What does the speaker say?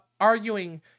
arguing